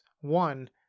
one